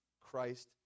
Christ